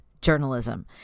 journalism